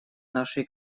нашей